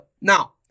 Now